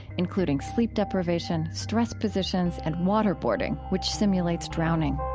including sleep deprivation, stress positions, and waterboarding, which simulates drowning